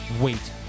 Wait